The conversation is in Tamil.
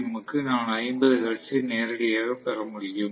எம் க்கு நான் 50 ஹெர்ட்ஸை 9Hertz நேரடியாகப் பெற முடியும்